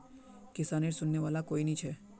किसानेर सुनने वाला कोई नी छ